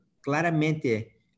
claramente